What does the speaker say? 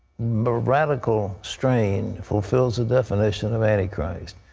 ah radical strain fulfills the definition of anti-christ.